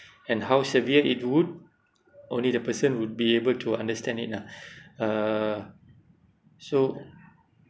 and how severe it would only the person would be able to understand it lah uh so